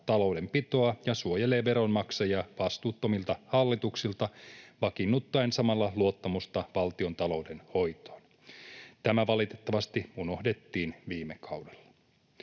taloudenpitoa ja suojelee veronmaksajia vastuuttomilta hallituksilta vakiinnuttaen samalla luottamusta valtiontalouden hoitoon. Tämä valitettavasti unohdettiin viime kaudella.